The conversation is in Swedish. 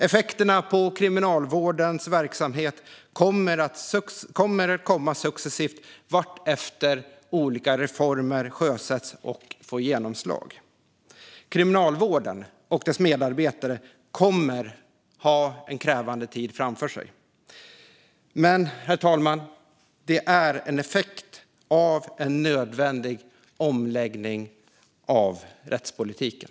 Effekterna på kriminalvårdens verksamhet kommer att komma successivt vartefter olika reformer sjösätts och får genomslag. Kriminalvården och dess medarbetare kommer att ha en krävande tid framför sig. Men, herr talman, det är en effekt av en nödvändig omläggning av rättspolitiken.